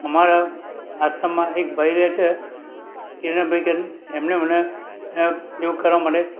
અમારા આસામમાં એક ભાઈ રહે છે કિરણભાઈ કરીને એમણે મને યોગ કરવા માટે